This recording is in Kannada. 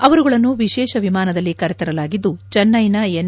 ಅವರುಗಳನ್ನು ವಿಶೇಷ ವಿಮಾನದಲ್ಲ ಕರೆತರಲಾಗಿದ್ದು ಚೆನ್ನೈನ ಎನ್